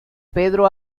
pedro